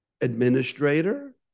administrator